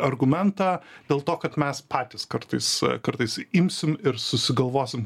argumentą dėl to kad mes patys kartais kartais imsim ir susigalvosim